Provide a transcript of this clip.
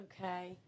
Okay